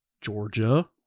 Georgia